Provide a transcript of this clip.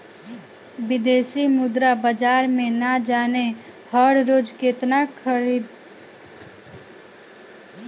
बिदेशी मुद्रा बाजार में ना जाने हर रोज़ केतना बेचल अउरी खरीदल जात होइ कवनो ठिकाना नइखे